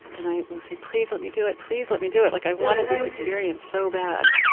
and i would say, please, let me do it. please let me do it. like i wanted this experience so bad.